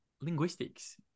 linguistics